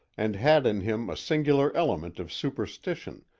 and had in him a singular element of superstition,